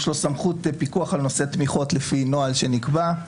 יש לו סמכות פיקוח על נושא תמיכות לפי נוהל שנקבע,